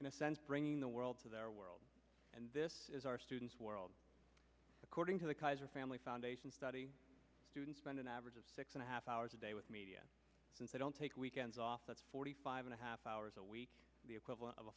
in a sense bringing the world to their world and this is our students world according to the kaiser family foundation study students spend an average of six and a half hours a day with media since they don't take weekends off that's forty five and a half hours a week the equivalent of a